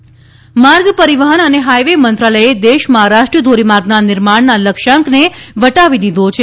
રાષ્ટ્રીય ધોરીમાર્ગ માર્ગ પરિવહન અને હાઇવે મંત્રાલયે દેશમાં રાષ્ટ્રીય ધોરીમાર્ગના નિર્માણના લક્ષ્યાંકને વટાવી દીધો છે